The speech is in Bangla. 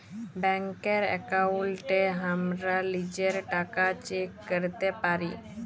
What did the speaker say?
ব্যাংকের একাউন্টে হামরা লিজের টাকা চেক ক্যরতে পারি